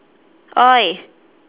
!oi!